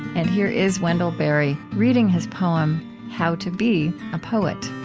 and here is wendell berry, reading his poem how to be a poet.